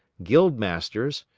guild-masters,